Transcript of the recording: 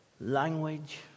language